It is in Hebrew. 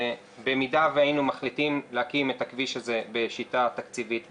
שבמידה והיינו מחליטים להקים את הכביש הזה בשיטה תקציבית בצפון,